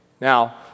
Now